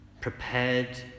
prepared